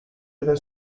within